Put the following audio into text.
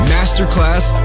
Masterclass